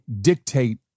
dictate